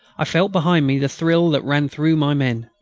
i felt behind me the thrill that ran through my men.